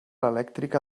elèctrica